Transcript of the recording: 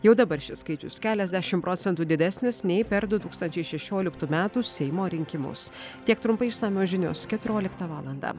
jau dabar šis skaičius keliasdešim procentų didesnis nei per du tūkstančiai šešioliktų metų seimo rinkimus tiek trumpai išsamios žinios keturioliktą valandą